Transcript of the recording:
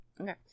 Okay